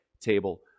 table